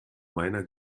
meiner